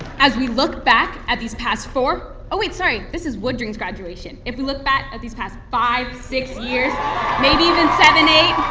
as we look back at these past four oh wait, sorry, this is woodring's graduation. if we look back at these past five, six years maybe even seven, eight?